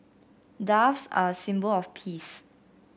doves are a symbol of peace